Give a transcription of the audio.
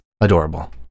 adorable